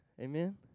Amen